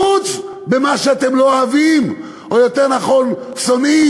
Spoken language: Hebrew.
חוץ, במה שאתם לא אוהבים, או יותר נכון שונאים,